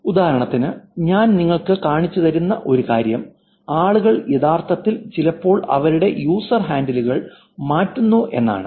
ഉദാഹരണത്തിന് ഞാൻ നിങ്ങൾക്ക് കാണിച്ചുതരുന്ന ഒരു കാര്യം ആളുകൾ യഥാർത്ഥത്തിൽ ചിലപ്പോൾ അവരുടെ യൂസർ ഹാൻഡിലുകൾ മാറ്റുന്നു എന്നാണ്